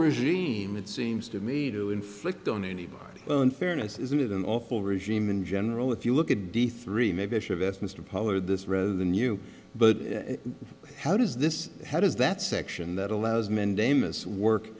regime it seems to me to inflict on anybody fairness isn't it an awful regime in general if you look at d three maybe i should ask mr pollard this row than you but how does this how does that section that allows